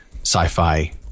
sci-fi